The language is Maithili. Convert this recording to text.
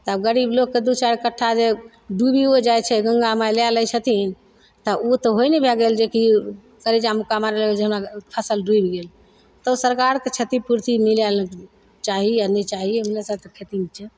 तब गरीब लोगके दू चारि कट्ठा जे डूबियो जाइ छै गंगा माइ लए लै छथिन तऽ उ तऽ वही ने भए गेल जे कि जे हमर फसल डूबि गेल तऽ सरकारके क्षतिपूर्ति मिलय लए चाही आओर नहि चाही खेतीमे छै